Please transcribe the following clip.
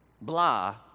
blah